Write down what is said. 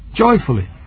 Joyfully